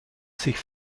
zich